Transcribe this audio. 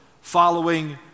Following